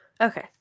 Okay